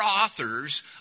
authors